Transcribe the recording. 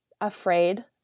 afraid